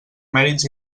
mèrits